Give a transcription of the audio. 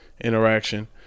interaction